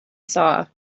saw